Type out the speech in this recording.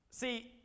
See